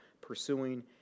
pursuing